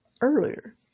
earlier